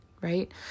right